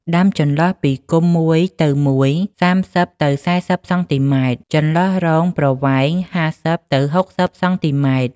ដាំចន្លោះពីគុម្ព មួយទៅមួយ ៣០ ទៅ ៤០ សង់ទីម៉ែត្រ ចន្លោះរងប្រវែង ៥០ ទៅ ៦០ សង់ទីម៉ែត្រ។